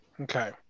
okay